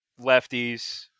lefties